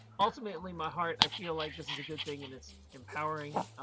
ultimately my heart i feel like this is a good thing and it's empowering.